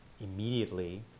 immediately